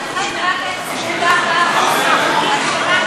לכן רק 0.4% מהחוקים שלנו,